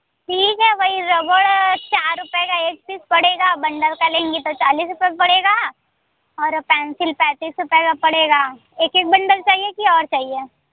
ठीक है वही रबड़ है चार रुपए का एक पीस पड़ेगा बण्डल का लेंगी तो चालिस रुपए पड़ेगा और पेंसिल पैंतिस रुपए का पड़ेगा एक एक बण्डल चाहिए कि और चाहिए